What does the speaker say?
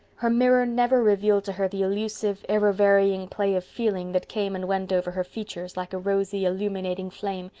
her mirror never revealed to her the elusive, ever-varying play of feeling that came and went over her features like a rosy illuminating flame,